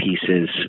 pieces